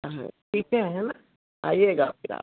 हाँ ठीक है है न आइएगा फिर आप